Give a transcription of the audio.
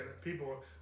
People